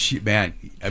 man